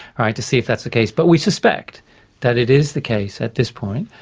right, to see if that's the case, but we suspect that it is the case at this point,